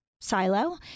silo